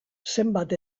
zenbat